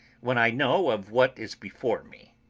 when i know of what is before me.